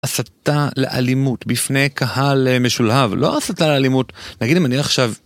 הסתה לאלימות בפני קהל משולהב. לא הסתה לאלימות, נגיד אם אני עכשיו